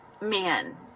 man